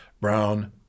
brown